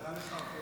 תודה לך.